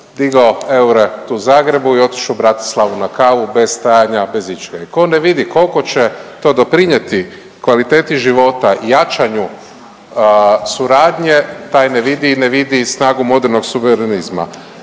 digao eure u Zagrebu i otišao u Bratislavu na kavu bez stajanja, bez ičega i tko ne vidi koliko će to doprinijeti kvaliteti života, jačanju suradnje, taj ne vidi i ne vidi snagu modernog suverenizma,